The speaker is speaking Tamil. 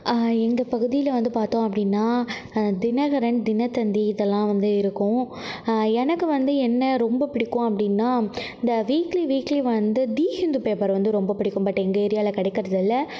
எங்கள் பகுதியில் வந்து பார்த்தோம் அப்படின்னா தினகரன் தினத்தந்தி இதெல்லாம் வந்து இருக்கும் எனக்கு வந்து என்ன ரொம்ப பிடிக்கும் அப்படின்னா இந்த வீக்லி வீக்லி வந்து தி ஹிந்து பேப்பர் வந்து ரொம்ப பிடிக்கும் பட் எங்கள் ஏரியாவில் கிடைக்கறதில்ல